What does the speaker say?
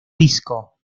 disco